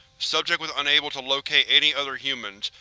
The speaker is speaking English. subject was unable to locate any other humans,